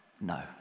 No